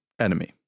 enemy